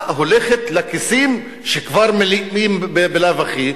הצמיחה הולכת לכיסים שכבר מלאים בלאו הכי,